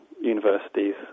universities